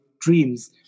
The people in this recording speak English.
dreams